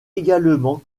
également